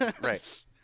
right